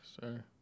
sir